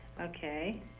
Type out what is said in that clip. Okay